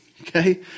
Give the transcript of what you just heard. Okay